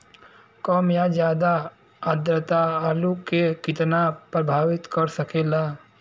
कम या ज्यादा आद्रता आलू के कितना प्रभावित कर सकेला?